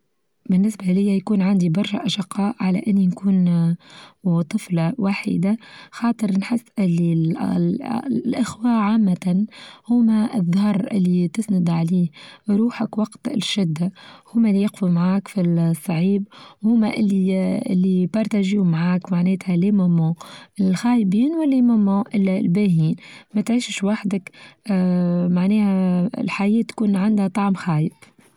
بالنسبة ليا يكون عندي برشا أشقاء على إني نكون وطفلة وحيدة، خاطر نحس اللى الإخوة عامة هما الظهر اللي تسند عليه روحك وقت الشدة، هما اللي يقفوا معاك في الصعيب هوما اللي اللي يبارطاجو معاك معناتها ليمموا الخايبين وليمموا الباهين ما تعيشش وحدك آآ معناها الحياة تكون عندها طعم خايب.